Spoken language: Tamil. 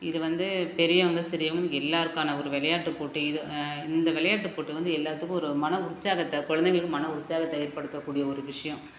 இது வந்து பெரியவங்க சிறியவங்கனு எல்லோருக்கான ஒரு விளையாட்டுப் போட்டி இது இந்த விளையாட்டுப் போட்டி வந்து எல்லாத்துக்கும் ஒரு மன உற்சாகத்தை கொழந்தைங்களுக்கு மன உற்சாகத்தை ஏற்படுத்தக் கூடிய ஒரு விஷயோம்